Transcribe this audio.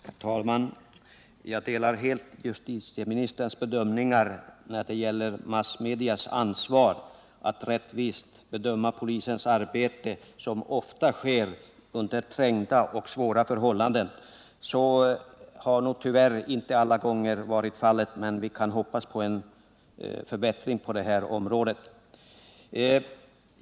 Herr talman! Jag delar helt justitieministerns bedömningar när det gäller massmedias ansvar att rättvist bedöma polisens arbete, som ofta sker under trängda och svåra förhållanden. Det ansvaret har de tyvärr inte alla gånger visat, men vi kan hoppas på en förbättring på detta område.